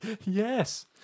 Yes